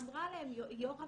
אמרה להם יו"ר הועדה,